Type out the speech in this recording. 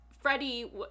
freddie